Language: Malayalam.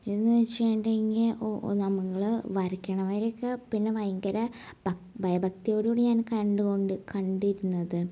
പിന്നേന്ന് വെച്ചേണ്ടെങ്കിൽ ഓ നമ്മൾ വരയ്ക്കണവരൊക്കെ പിന്നെ ഭയങ്കര ഭക് ഭയഭക്തിയോടു കൂടെ ഞാൻ കണ്ടുകൊണ്ട് കണ്ടിരുന്നത്